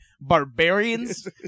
barbarians